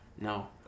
No